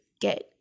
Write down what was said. get